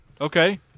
okay